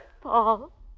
Paul